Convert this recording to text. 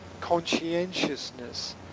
conscientiousness